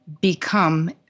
become